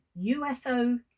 UFO